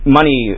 money